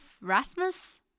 Rasmus